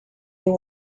you